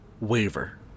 waver